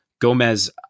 Gomez